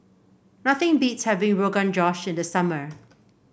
nothing beats having Rogan Josh in the summer